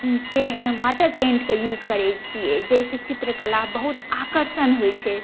water पेंटके use करै छियै जाहिसँ चित्रकला बहुत आकर्षण होइ छै